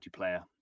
multiplayer